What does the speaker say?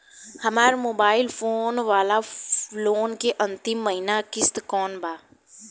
हमार mobile phone वाला loan के अंतिम महिना किश्त कौन बा?